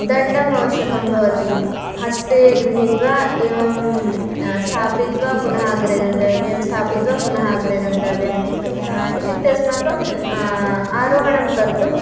दण्डः अवश्यकं भवति हस्ते गृहीत्वा एवं स्थापयित्वा पुनः अग्रे गन्तव्यम् एवं स्थापित्वा पुनः अग्रे गन्तव्यम् इत्युक्ते अस्माकम् आरोहणं कर्तुं